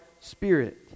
spirit